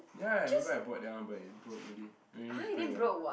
ya I remember I bought that one but it broke already I mean break ah